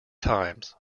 times